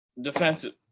defensive